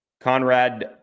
Conrad